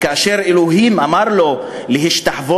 כאשר אלוהים אמר לו להשתחוות,